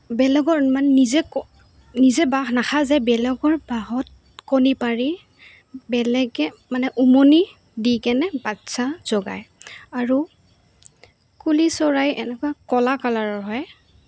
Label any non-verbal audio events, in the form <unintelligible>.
বেলেগৰ মানে নিজে <unintelligible> নিজে বাঁহ নাখা যায় বেলেগৰ বাঁহত কণী পাৰি বেলেগে মানে উমনি দি কেনে বাচ্ছা জগাই আৰু কুলি চৰাই এনেকুৱা ক'লা কালাৰৰ হয়